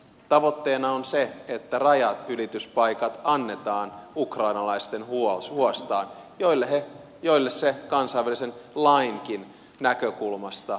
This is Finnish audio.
tavoitteena on se että rajanylityspaikat annetaan ukrainalaisten huostaan joille ne kansainvälisen lainkin näkökulmasta kuuluvat